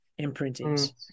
imprintings